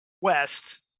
west